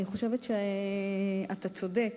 אני חושבת שאתה צודק.